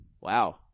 Wow